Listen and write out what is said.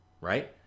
right